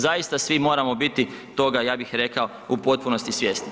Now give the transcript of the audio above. Zaista svi moramo biti toga ja bih rekao u potpunosti svjesni.